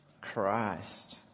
Christ